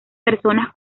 personas